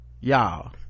y'all